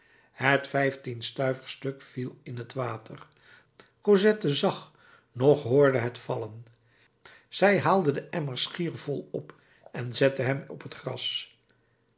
het vijftienstuiversstuk viel in t water cosette zag noch hoorde het vallen zij haalde den emmer schier vol op en zette hem op het gras